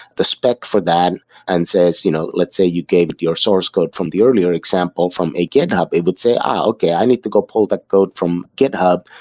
the spec for that and says you know let's say you give it your source code from the earlier example from a github. it would say, ah! okay. i need to go pull that code from github,